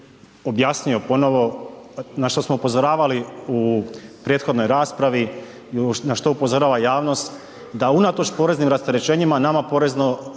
objasnio ponovo na što smo upozoravali u prethodnoj raspravi, na što upozorava jasnost da unatoč poreznim rasterećenjima nama porezno